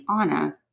Anna